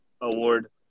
award